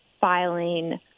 filing